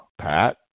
Pat